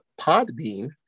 Podbean